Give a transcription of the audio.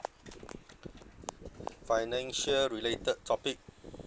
financial-related topic